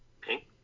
pink